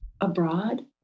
abroad